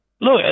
Look